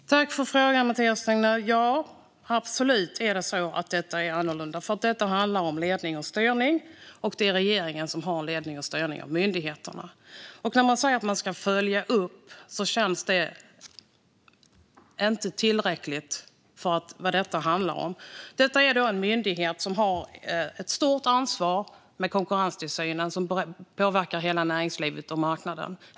Fru talman! Tack för frågan, Mathias Tegnér! Ja, detta är absolut annorlunda. Det handlar nämligen om ledning och styrning, och det är regeringen som har ansvar för ledning och styrning av myndigheterna. Men när man säger att man ska följa upp känns det inte tillräckligt. Det handlar alltså om en myndighet som har ett stort ansvar för konkurrenstillsynen, som påverkar hela näringslivet och marknaden.